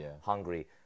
Hungry